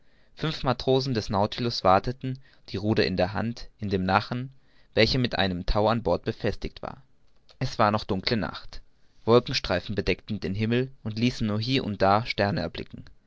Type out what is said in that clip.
fünf matrosen des nautilus warteten die ruder in der hand in dem nachen welcher mit einem tau an bord befestigt war es war noch dunkle nacht wolkenstreifen bedeckten den himmel und ließen nur hie und da sterne erblicken